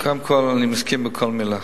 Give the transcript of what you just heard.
קודם כול, אני מסכים לכל מלה.